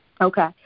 Okay